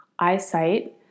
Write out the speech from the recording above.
Eyesight